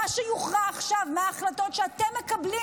מה שיוכרע עכשיו מההחלטות שאתם מקבלים